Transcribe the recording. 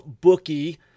bookie